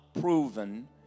proven